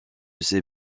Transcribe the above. ces